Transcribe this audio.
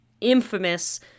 infamous